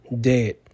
Dead